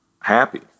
happy